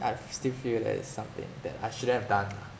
I f~ still feel that is something that I shouldn't have done lah